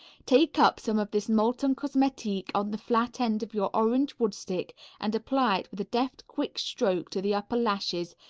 take up some of this molten cosmetique on the flat end of your orange wood stick and apply it with a deft quick stroke to the upper lashes,